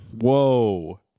Whoa